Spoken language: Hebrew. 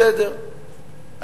בסדר,